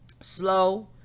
slow